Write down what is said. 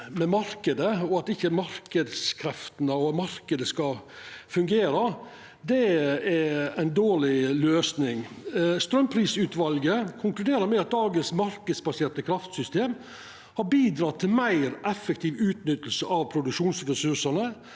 med marknaden, at ikkje marknadskreftene og marknaden skal fungera, er ei dårleg løysing. Straumprisutvalet konkluderer med at dagens marknadsbaserte kraftsystem har bidratt til meir effektiv utnytting av produksjonsressursane,